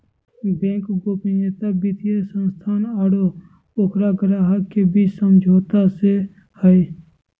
bank गोपनीयता वित्तीय संस्था आरो ओकर ग्राहक के बीच इ समझौता से हइ